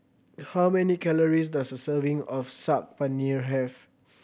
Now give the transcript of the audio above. how many calories does a serving of Saag Paneer have